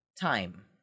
time